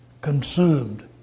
consumed